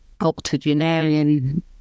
octogenarian